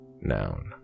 noun